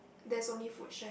there's only fruit shack